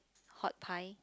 hot pie